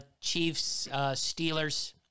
Chiefs-Steelers